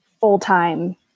full-time